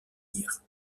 vire